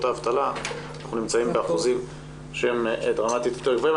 האבטלה אנחנו נמצאים באחוזים שהם דרמטית יותר גבוהים.